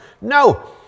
No